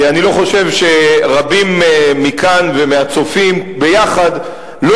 כי אני חושב שרבים מכאן ומהצופים ביחד לא